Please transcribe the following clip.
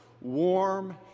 warm